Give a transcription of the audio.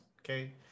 Okay